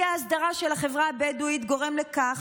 האי-הסדרה של החברה הבדואית גורמת לכך